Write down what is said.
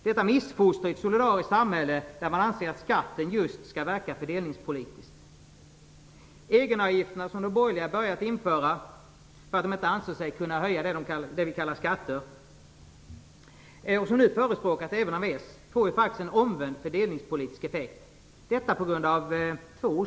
Detta är ett missfoster i ett solidariskt samhälle, där man anser att skatten just skall verka fördelningspolitiskt. De borgerliga införde egenavgifterna för att de inte ansåg sig kunna höja skatterna. Detta förespåkas nu även av Socialdemokraterna. Men de får på grund av två orsaker en omvänd fördelningspolitisk effekt.